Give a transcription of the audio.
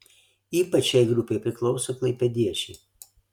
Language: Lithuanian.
ypač šiai grupei priklauso klaipėdiečiai